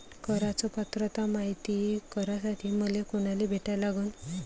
कराच पात्रता मायती करासाठी मले कोनाले भेटा लागन?